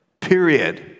period